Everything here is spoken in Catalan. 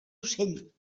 ocell